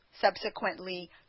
subsequently